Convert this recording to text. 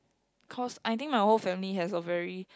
cause I think my whole family has a very